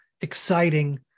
exciting